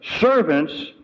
servants